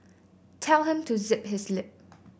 tell him to zip his lip